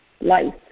life